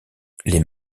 les